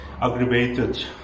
aggravated